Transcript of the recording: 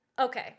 Okay